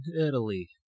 italy